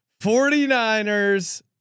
49ers